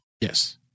Yes